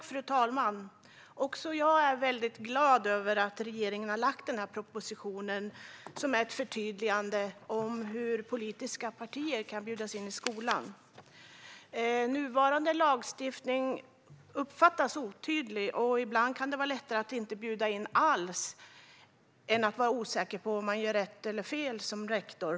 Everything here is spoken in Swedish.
Fru talman! Också jag är väldigt glad över att regeringen har lagt fram denna proposition, som är ett förtydligande av hur politiska partier kan bjudas in i skolan. Nuvarande lagstiftning uppfattas som otydlig, och ibland kan det vara lättare att inte bjuda in alls än att vara osäker på om man gör rätt eller fel som rektor.